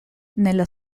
nella